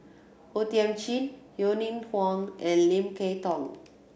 O Thiam Chin Yeo Ning Huang and Lim Kay Tong